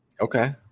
Okay